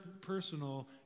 personal